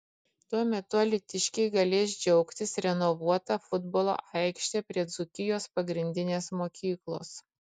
tuo metu alytiškiai galės džiaugtis renovuota futbolo aikšte prie dzūkijos pagrindinės mokyklos